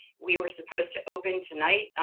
we were supposed to open tonight,